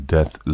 Death